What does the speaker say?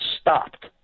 stopped